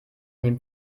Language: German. dem